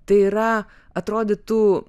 tai yra atrodytų